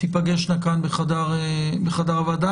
תיפגשנה כאן בחדר הוועדה.